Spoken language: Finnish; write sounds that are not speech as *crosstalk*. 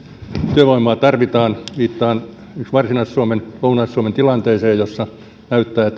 työvoimaa tarvitaan viittaan esimerkiksi varsinais suomen lounais suomen tilanteeseen jossa näyttää *unintelligible*